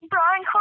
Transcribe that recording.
Brian